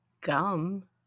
gum